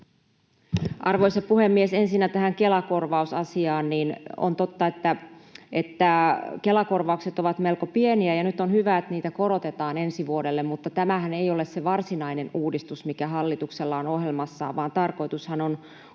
Arvoisa puhemies! Ensinnä tähän Kela-korvausasiaan, niin on totta, että Kela-korvaukset ovat melko pieniä, ja nyt on hyvä, että niitä korotetaan ensi vuodelle, mutta tämähän ei ole se varsinainen uudistus, mikä hallituksella on ohjelmassaan, vaan tarkoitushan on